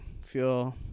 feel